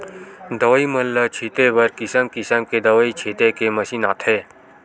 दवई मन ल छिते बर किसम किसम के दवई छिते के मसीन आथे